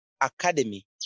academy